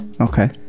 okay